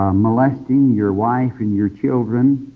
molesting your wife and your children